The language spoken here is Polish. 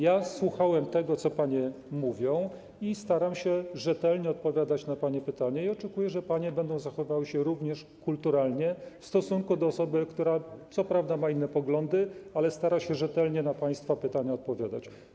Ja słuchałem tego, co panie mówią, staram się rzetelnie odpowiadać na pytania pań i oczekuję, że panie będą zachowywały się również kulturalnie w stosunku do osoby, która co prawda ma inne poglądy, ale stara się rzetelnie na państwa pytania odpowiadać.